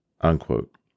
Unquote